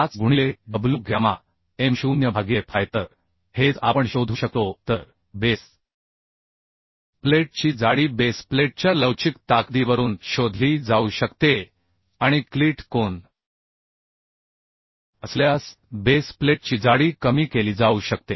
5 गुणिले w gamma m0 भागिले Fy तर हेच आपण शोधू शकतो तर बेस प्लेटची जाडी बेस प्लेटच्या लवचिक ताकदीवरून शोधली जाऊ शकते आणि क्लीट कोन असल्यास बेस प्लेटची जाडी कमी केली जाऊ शकते